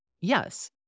Yes